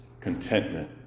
Contentment